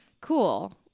Cool